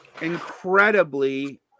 incredibly